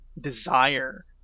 desire